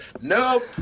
Nope